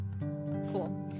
cool